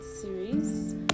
series